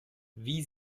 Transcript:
wie